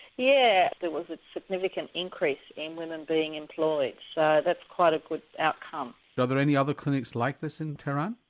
yeah there was a significant increase in women being employed so that's quite a good outcome. are there any other clinics like this in tehran?